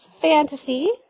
fantasy